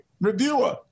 reviewer